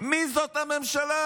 מי זאת הממשלה?